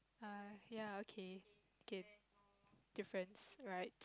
err ya okay okay difference right